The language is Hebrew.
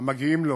המגיעים לו,